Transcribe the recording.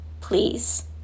please